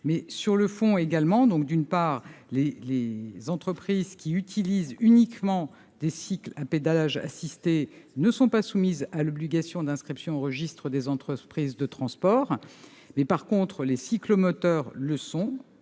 avec la réglementation européenne. Les entreprises qui utilisent uniquement des cycles à pédalage assisté ne sont pas soumises à l'obligation d'inscription au registre des entreprises de transport. En revanche, les cyclomoteurs le sont,